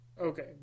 Okay